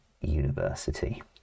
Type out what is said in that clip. university